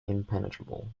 impenetrable